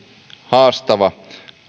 haastava